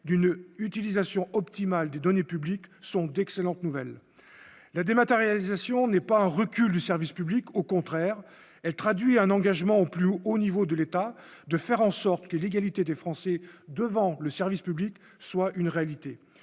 d'une utilisation optimale des données publiques sont d'excellente nouvelle la dématérialisation n'est pas un recul du service public, au contraire, elle traduit un engagement au plus haut au niveau de l'État de faire en sorte que l'égalité des Français devant le service public soit une réalité